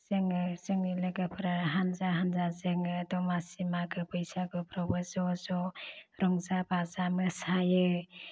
जोङो जोंनि लोगोफ्रा हान्जा हान्जा जोङो मागो बैसागुफ्रावबो ज ज रंजा बाजा मोसायो